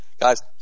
Guys